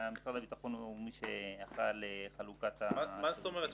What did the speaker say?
ומשרד הביטחון הוא מי שאחראי על חלוקת --- מה זה אומרת,